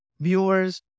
viewers